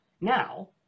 now